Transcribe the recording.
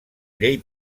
llei